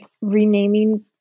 renaming